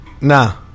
Nah